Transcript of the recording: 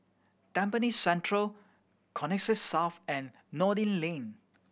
Tampines Central Connexis South and Noordin Lane